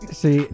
see